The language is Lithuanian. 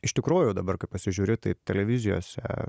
iš tikrųjų dabar kai pasižiūriu tai televizijose